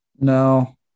No